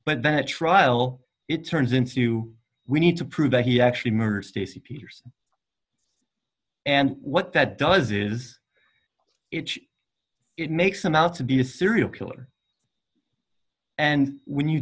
but that trial it turns into we need to prove that he actually murder stacy peterson and what that does is it makes him out to be a serial killer and when you